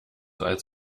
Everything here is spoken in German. als